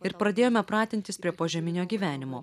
ir pradėjome pratintis prie požeminio gyvenimo